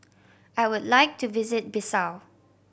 I would like to visit Bissau